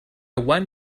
want